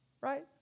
right